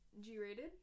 G-rated